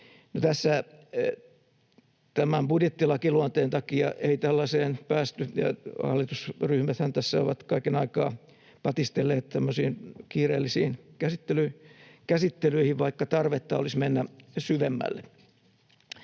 tämän budjettilakiluonteen takia ei tällaiseen päästy, ja hallitusryhmäthän tässä ovat kaiken aikaa patistelleet tämmöisiin kiireellisiin käsittelyihin, vaikka tarvetta olisi mennä syvemmälle.